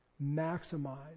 maximize